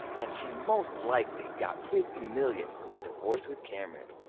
and she most likely got fifty million from the divorce with cameron.